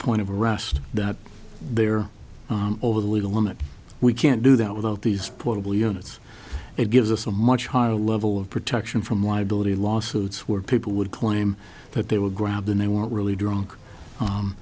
point of arrest that they're over the legal limit we can't do that without these portable units it gives us a much higher level of protection from liability lawsuits where people would claim that they were grabbed than they were really drunk